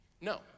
no